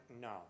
no